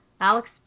Alex